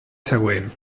següent